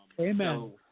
amen